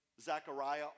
Zechariah